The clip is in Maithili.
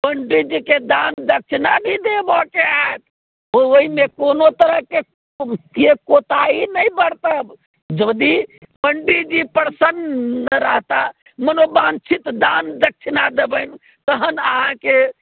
पण्डिजीकेँ दान दक्षिणा जे देवऽके होयत ओहिमे कोनो तरहके कोताही नहि बरतब यदि पण्डिजी प्रसन्न रहता मनोवांक्षित दान दक्षिणा देबनि तहन अहाँकेँ